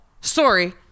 sorry